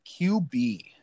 QB